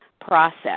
process